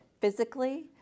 physically